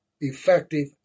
effective